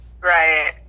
Right